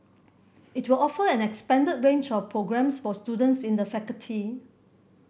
it will offer an expanded range of programmes for students in the faculty